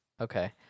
Okay